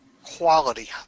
quality